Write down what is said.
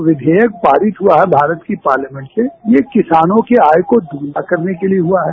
जो विषेयक पारित हुआ है भारत की पार्लियामेंट में यह किसानों की आय को दुगना करने के लिये हुआ है